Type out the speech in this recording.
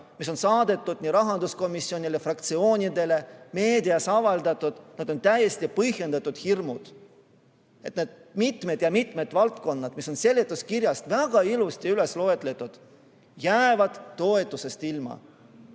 mis on saadetud rahanduskomisjonile, fraktsioonidele, mida on meedias avaldatud, on täiesti põhjendatud hirmud, et need mitmed ja mitmed valdkonnad, mis on seletuskirjas väga ilusti üles loetud, jäävad toetusest ilma. Head